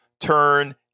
turn